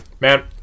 Man